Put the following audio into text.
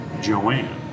Joanne